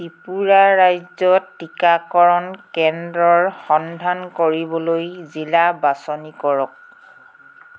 ত্ৰিপুৰা ৰাজ্যত টীকাকৰণ কেন্দ্ৰৰ সন্ধান কৰিবলৈ জিলা বাছনি কৰক